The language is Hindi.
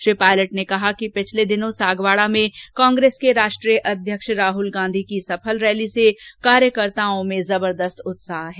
श्री पायलट ने कहा कि पिछले दिनों सागवाड़ा में कांग्रेस के राष्ट्रीय अध्यक्ष राहुल गांधी की सफल रैली से कार्यकर्ताओं के जबरदस्त उत्साह है